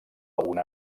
una